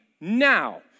now